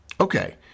Okay